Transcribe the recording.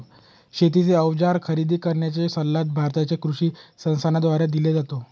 शेतीचे अवजार खरेदी करण्याचा सल्ला भारताच्या कृषी संसाधनाद्वारे दिला जातो